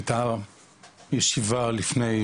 הייתה ישיבה לפני,